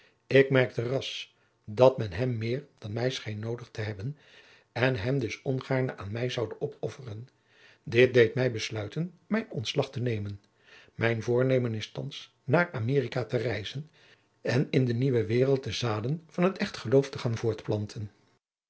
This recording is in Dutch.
ik merkte ras dat men hem meer dan mij scheen noodig te hebben en hem dus ongaarne aan mij zoude opofferen dit deed mij besluiten mijn ontslag te nemen mijn voornemen is thands naar america te reizen en in de nieuwe waereld de zaden van het echt geloof te gaan voortplanten